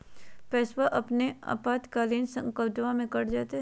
पैस्वा अपने आपातकालीन अकाउंटबा से कट जयते?